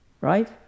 right